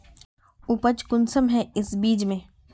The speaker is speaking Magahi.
उपज कुंसम है इस बीज में?